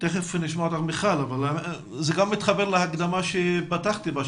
זה מתחבר להקדמה שלי.